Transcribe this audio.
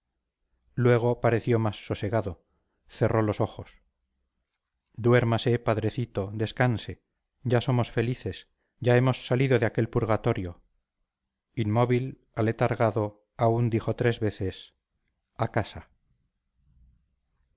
luego pareció más sosegado cerró los ojos duérmase padrecito descanse ya somos felices ya hemos salido de aquel purgatorio inmóvil aletargado aún dijo tres veces a casa